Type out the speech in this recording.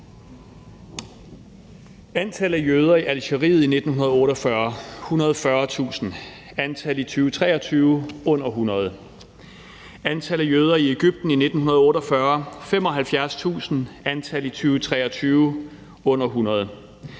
Antallet af jøder i Algeriet i 1948: 140.000, antallet af jøder i 2023: under 100. Antallet af jøder i Egypten i 1948: 75.000, antallet af jøder i 2023: under 100.